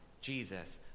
jesus